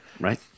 right